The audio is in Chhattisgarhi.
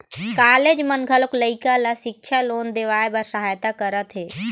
कॉलेज मन घलोक लइका ल सिक्छा लोन देवाए बर सहायता करत हे